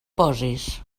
posis